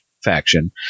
Faction